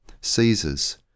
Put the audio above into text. Caesar's